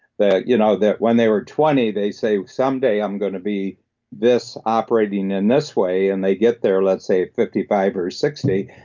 that you know that when they were twenty, they say, someday, i'm going to be this operating in this way, and they get there at, let's say, fifty five or sixty,